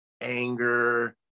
anger